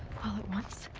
all at once?